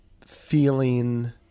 feeling